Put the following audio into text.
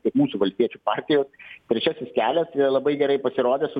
kaip mūsų valstiečių partijos trečiasis kelias labai gerai pasirodė su